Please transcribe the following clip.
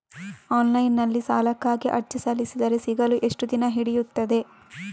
Online ನಲ್ಲಿ ಸಾಲಕ್ಕಾಗಿ ಅರ್ಜಿ ಸಲ್ಲಿಸಿದರೆ ಸಿಗಲು ಎಷ್ಟು ದಿನ ಹಿಡಿಯುತ್ತದೆ?